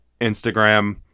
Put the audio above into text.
Instagram